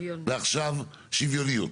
שוויוניות